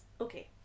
Okay